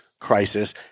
crisis